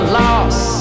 lost